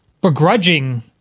begrudging